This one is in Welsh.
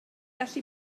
gallu